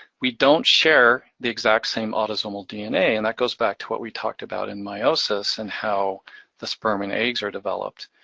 we don't share the exact same autosomal dna, and that goes back to what we talked about in meiosis and how the sperm and eggs are developed.